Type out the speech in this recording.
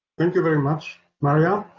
thank you very much marja.